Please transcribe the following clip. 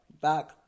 back